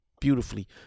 beautifully